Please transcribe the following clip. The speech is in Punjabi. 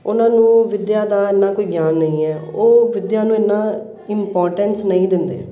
ਉਹਨਾਂ ਨੂੰ ਵਿੱਦਿਆ ਦਾ ਇੰਨਾ ਕੋਈ ਗਿਆਨ ਨਹੀਂ ਹੈ ਉਹ ਵਿੱਦਿਆ ਨੂੰ ਇੰਨਾ ਇੰਪੋਰਟੈਂਸ ਨਹੀਂ ਦਿੰਦੇ